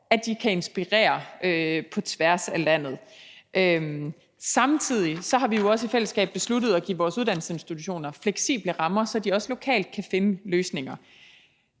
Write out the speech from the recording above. over, kan inspirere på tværs af landet. Samtidig har vi jo også i fællesskab besluttet at give vores uddannelsesinstitutioner fleksible rammer, så de også lokalt kan finde løsninger.